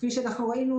כפי שאנחנו רואים,